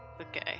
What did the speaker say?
Okay